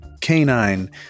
Canine